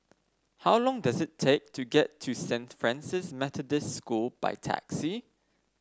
how long does it take to get to Saint Francis Methodist School by taxi